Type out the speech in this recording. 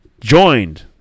joined